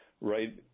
right